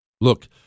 Look